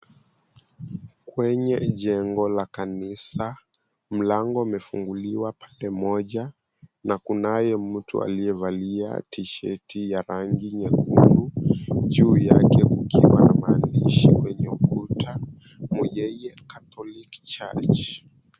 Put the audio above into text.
Kwenye jengo la kanisa mlango umefunguliwa pande moja na kunaye mtu aliyevalia tisheti ya rangi nyekundu. Juu yake kukiwa na maandishi kwenye ukuta, Muyeye Catholic Church.